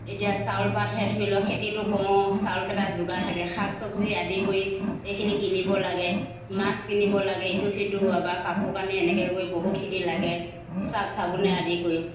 এতিয়া চাউল পাতহে ধৰি লওক খেতিটো কৰোঁ চাউলকেইটা যোগাৰ থাকে শাক চব্জি আদি কৰি এইখিনি কিনিব লাগে মাছ কিনিব লাগে ইটো সিটো বা কাপোৰ কানি এনেকৈ কৰি বহুতখিনি লাগে চাফ চাবোনে আদি কৰি